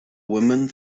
women